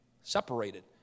Separated